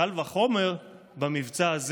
קל וחומר במבצע הזה.